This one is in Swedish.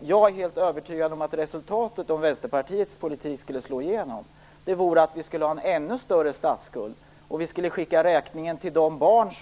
Jag är övertygad om att vi skulle ha en ännu större statsskuld om Vänsterpartiets ekonomiska politik skulle få genomslag, och vi skulle skicka räkningen till de barn